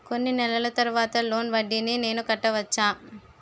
కొన్ని నెలల తర్వాత లోన్ వడ్డీని నేను కట్టవచ్చా?